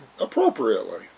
appropriately